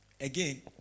Again